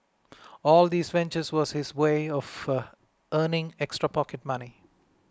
all these ventures was his way of a earning extra pocket money